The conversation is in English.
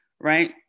right